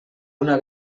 una